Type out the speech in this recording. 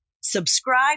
subscribe